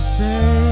say